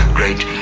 great